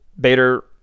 Bader